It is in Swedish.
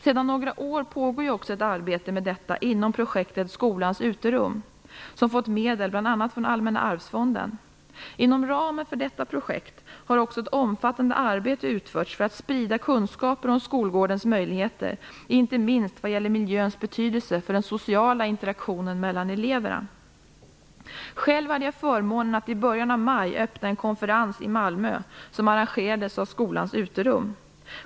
Sedan några år pågår ju också ett arbete med detta inom projektet Skolans Uterum som fått medel bl.a. från Allmänna arvsfonden. Inom ramen för detta projekt har också ett omfattande arbete utförts för att sprida kunskaper om skolgårdens möjligheter, inte minst vad gäller miljöns betydelse för den sociala interaktionen mellan eleverna. Själv hade jag förmånen att i början av maj öppna en konferens i Malmö som arrangerades av Skolans Uterum.